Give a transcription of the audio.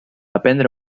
aprendre